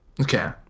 Okay